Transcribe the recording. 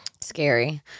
Scary